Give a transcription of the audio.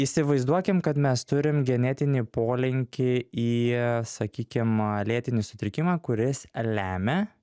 įsivaizduokim kad mes turim genetinį polinkį į sakykim lėtinį sutrikimą kuris lemia